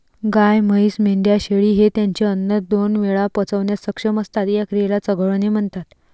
गाय, म्हैस, मेंढ्या, शेळी हे त्यांचे अन्न दोन वेळा पचवण्यास सक्षम असतात, या क्रियेला चघळणे म्हणतात